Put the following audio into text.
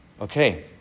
Okay